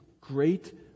great